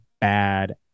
bad